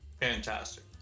Fantastic